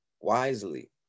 wisely